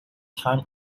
time